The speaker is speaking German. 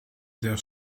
der